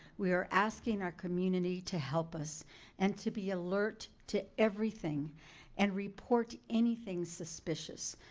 we are asking our community to help us and to be alert to everything and report anything suspicious.